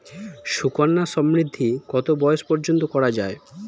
সুকন্যা সমৃদ্ধী কত বয়স পর্যন্ত করা যায়?